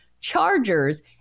Chargers